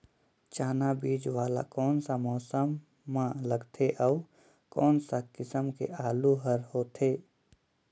चाना बीजा वाला कोन सा मौसम म लगथे अउ कोन सा किसम के आलू हर होथे?